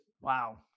wow